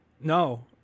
No